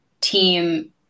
team